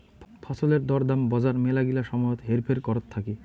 ফছলের দর দাম বজার মেলাগিলা সময়ত হেরফের করত থাকি